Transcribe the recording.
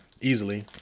easily